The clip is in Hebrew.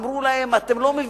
אמרו להם: אתם לא,